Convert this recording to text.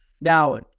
Now